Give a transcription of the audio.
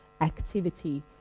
activity